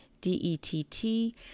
D-E-T-T